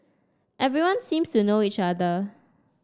everyone seems to know each other